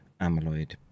amyloid